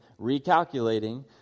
recalculating